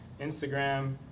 Instagram